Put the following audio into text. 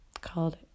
called